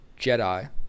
Jedi